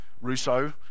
Rousseau